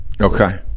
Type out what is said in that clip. Okay